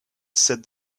said